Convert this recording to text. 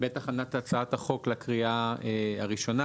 בעת הכנת הצעת החוק לקריאה הראשונה,